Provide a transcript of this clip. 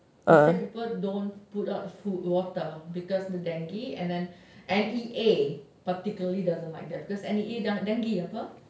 we tell people don't put up food water because the dengue and then N_E_A particularly doesn't like that because N_E_A dengue apa